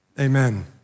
Amen